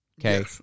Okay